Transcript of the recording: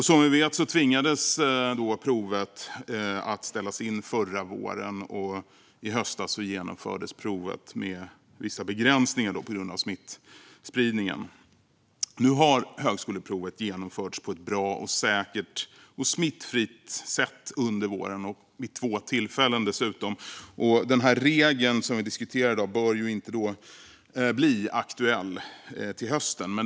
Som vi vet tvingades man att ställa in provet förra våren, och i höstas genomfördes provet med vissa begränsningar på grund av smittspridningen. Nu har högskoleprovet genomförts på ett bra, säkert och smittfritt sätt under våren vid två tillfällen. Den regel som vi diskuterar i dag bör då inte bli aktuell till hösten.